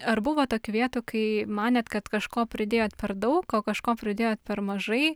ar buvo tokių vietų kai manėt kad kažko pridėjot per daug o kažko pridėjot per mažai